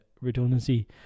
redundancy